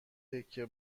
تکه